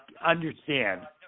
understand